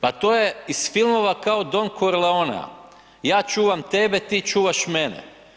Pa to je iz filmova kao Don Corleonea, ja čuvam tebe, ti čuvaš mene.